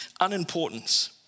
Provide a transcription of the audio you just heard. unimportance